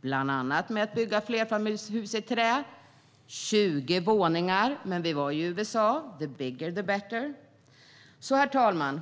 bland annat med att bygga flerfamiljshus i trä - 20 våningar, men vi var i USA, the bigger the better. Herr talman!